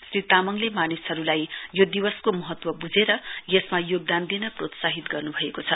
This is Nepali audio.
श्री तामङले मानिसहरूलाई यो दिवसको महत्व बुझेर यसमा योगदान दिन प्रोत्साहित गर्नुभएको छ